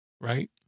right